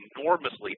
enormously